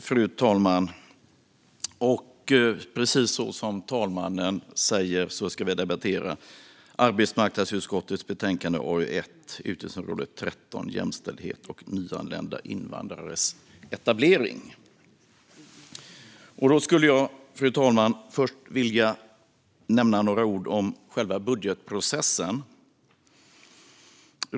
Fru talman! Precis som talmannen just sa ska vi debattera arbetsmarknadsutskottets betänkande om utgiftsområde 13 Jämställdhet och nyanlända invandrares etablering. Jag skulle först vilja nämna några ord om själva budgetprocessen.